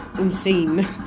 insane